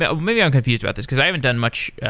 ah maybe i'm confused about this, because i haven't done much